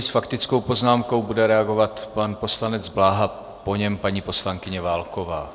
S faktickou poznámkou bude reagovat pan poslanec Bláha, po něm paní poslankyně Válková.